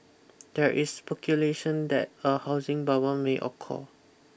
there is speculation that a housing bubble may occur